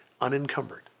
unencumbered